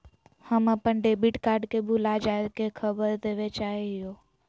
हम अप्पन debit card के भुला जाये के खबर देवे चाहे हियो